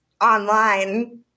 online